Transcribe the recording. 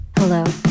Hello